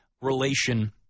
relation